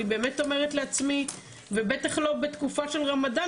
אני באמת אומרת לעצמי ובטח לא בתקופה של רמדאן